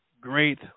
great